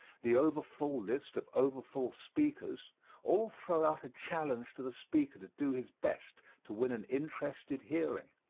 the over-full list of over-full speakers all throw out a challenge to the speaker to do his best to win an interested hearing.